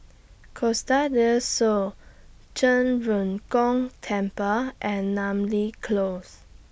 Costa Del Sol Zhen Ren Gong Temple and Namly Close